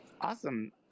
Awesome